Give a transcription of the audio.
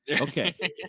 Okay